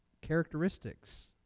characteristics